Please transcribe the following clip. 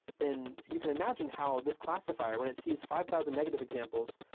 then you can imagine how this classifier, when it sees five thousand negative examples,